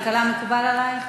כלכלה מקובל עלייך?